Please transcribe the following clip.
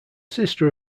sister